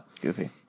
Goofy